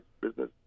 business